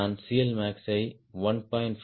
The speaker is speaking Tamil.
எல்மாக்ஸை 1